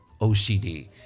OCD